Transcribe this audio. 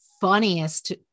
funniest